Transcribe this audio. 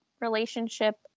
relationship